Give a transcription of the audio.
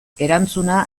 erantzuna